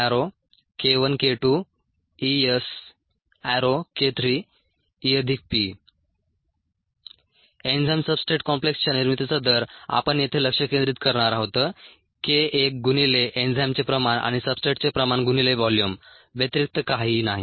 enzyme substrate कॉम्प्लेक्सच्या निर्मितीचा दर आपण येथे लक्ष केंद्रित करणार आहोत k 1 गुणिले एन्झाईमचे प्रमाण आणि सब्सट्रेटचे प्रमाण गुणिले व्हॉल्यूम व्यतिरिक्त काहीही नाही